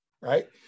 right